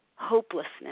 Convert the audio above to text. hopelessness